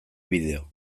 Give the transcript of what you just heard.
bideo